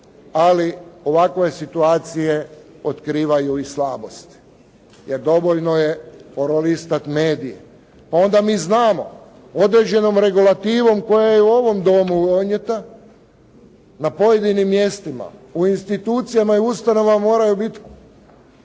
Ali ovakve situacije otkrivaju i slabosti, jer dovoljno je prolistati medij. Onda mi znamo određenom regulativom koja je u ovom Domu donijeta na pojedinim mjestima u institucijama i ustanovama moraju biti